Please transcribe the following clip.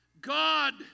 God